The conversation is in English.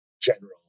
general